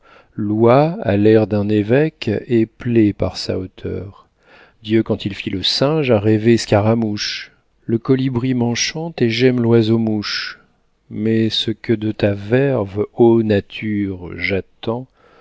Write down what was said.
l'oie a l'air d'un évêque et plaît par sa hauteur dieu quand il fit le singe a rêvé scaramouche le colibri m'enchante et j'aime loiseau mouche mais ce que de ta verve ô nature